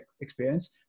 experience